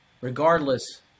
regardless